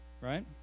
Right